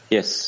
Yes